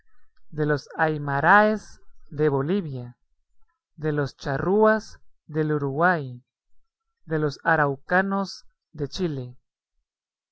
de los aimaraes de bolivia de los charrúas del uruguay de los araucanos de chile